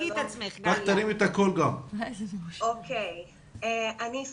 גם כמנגנוני איתור, שזו בעיה שרבים